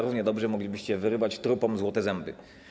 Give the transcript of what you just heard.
Równie dobrze moglibyście wyrywać trupom złote zęby.